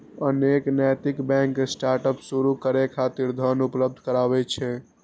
अनेक नैतिक bank startup शुरू करै खातिर धन उपलब्ध कराबै छै